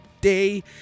day